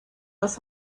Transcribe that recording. das